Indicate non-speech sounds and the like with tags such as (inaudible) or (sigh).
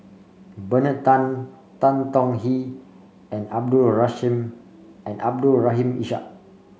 Bernard Tan Tan Tong Hye and Abdul (unintelligible) Abdul Rahim Ishak